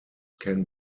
can